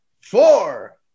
Four